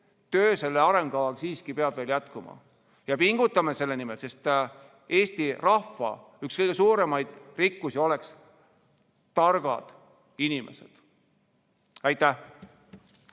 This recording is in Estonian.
töö selle arengukavaga peab veel jätkuma. Pingutame selle nimel, et Eesti rahva üks kõige suuremaid rikkusi oleks targad inimesed. Aitäh!